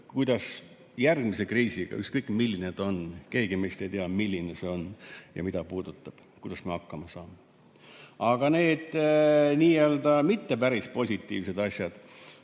kuidas me järgmise kriisiga – ükskõik milline see on, keegi meist ei tea, milline see on ja mida puudutab – hakkama saame. Aga need n-ö mitte päris positiivsed asjad